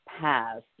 past